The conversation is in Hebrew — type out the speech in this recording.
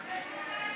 סעיפים 1